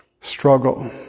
struggle